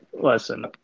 Listen